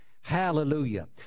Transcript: Hallelujah